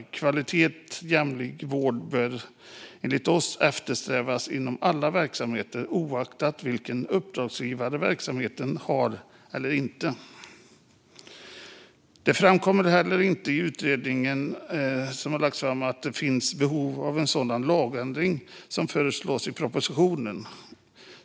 Högkvalitativ och jämlik vård bör enligt oss eftersträvas inom alla verksamheter oavsett vilka uppdragsgivare verksamheten har eller inte har. Det framkommer inte heller i utredningen att det finns ett behov av en sådan lagändring som föreslås i propositionen.